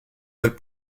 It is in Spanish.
del